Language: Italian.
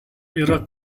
era